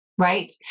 right